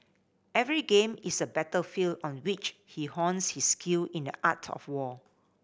every game is a battlefield on which he hones his skill in the art of war